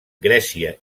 grècia